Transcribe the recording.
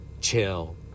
Chill